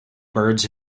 birds